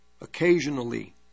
occasionally